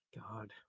God